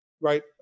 Right